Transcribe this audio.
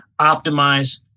optimize